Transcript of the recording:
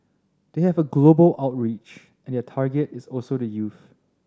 they have a global outreach and their target is also the youth